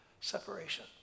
separation